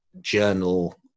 journal